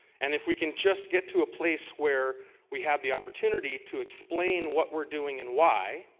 and if we can just get to place where we have the opportunity to explain what we are doing and why,